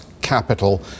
capital